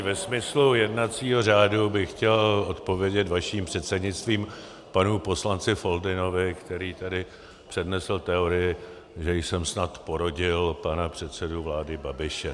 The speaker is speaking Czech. Ve smyslu jednacího řádu bych chtěl odpovědět vaším předsednictvím panu poslanci Foldynovi, který tady přednesl teorii, že jsem snad porodil pana předsedu vlády Babiše.